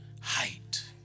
height